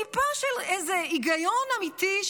טיפה של איזה היגיון אמיתי,